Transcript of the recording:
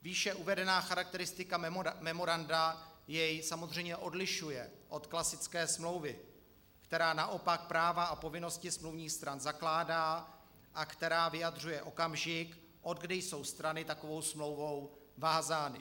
Výše uvedená charakteristika memoranda jej samozřejmě odlišuje od klasické smlouvy, která naopak práva a povinnosti smluvních stran zakládá a která vyjadřuje okamžik, odkdy jsou strany takovou smlouvou vázány.